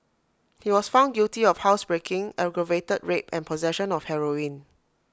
he was found guilty of housebreaking aggravated rape and possession of heroin